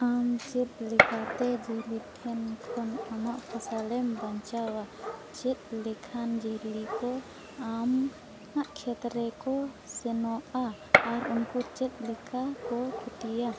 ᱟᱢ ᱪᱮᱫ ᱞᱮᱠᱟᱛᱮ ᱡᱤᱭᱟᱹᱞᱤ ᱴᱷᱮᱱ ᱠᱷᱚᱱ ᱟᱢᱟᱜ ᱯᱷᱚᱥᱚᱞᱮᱢ ᱵᱟᱧᱪᱟᱣᱟ ᱪᱮᱫ ᱞᱮᱠᱷᱟᱱ ᱡᱤᱭᱟᱹᱞᱤ ᱠᱚ ᱟᱢ ᱟᱢᱟᱜ ᱠᱷᱮᱛ ᱨᱮᱠᱚ ᱥᱮᱱᱚᱜᱼᱟ ᱟᱨ ᱩᱱᱠᱩ ᱪᱮᱫ ᱞᱮᱠᱟ ᱠᱚ ᱠᱷᱚᱛᱤᱭᱟ